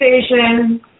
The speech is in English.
Station